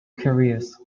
careers